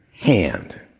hand